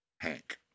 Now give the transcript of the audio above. Hank